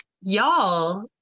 y'all